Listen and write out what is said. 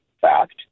fact